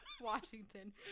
Washington